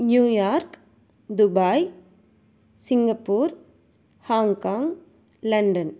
New York Dubai Singapore Hong Kong London